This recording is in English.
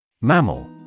Mammal